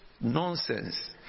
nonsense